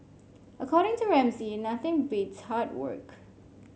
according to Ramsay nothing beats hard work